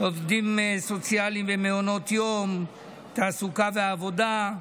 עובדים סוציאליים ומעונות יום, תעסוקה ועבודה,